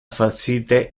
facite